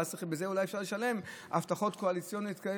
ואז בזה אולי אפשר לשלם על הבטחות קואליציונית כאלה